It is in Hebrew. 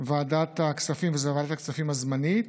ועדת הכספים זה ועדת הכספים הזמנית,